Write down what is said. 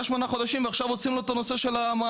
ועכשיו עוצרים לו את המענקים,